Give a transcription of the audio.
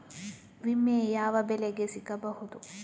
ವಿಮೆ ಯಾವ ಬೆಳೆಗೆ ಸಿಗಬಹುದು?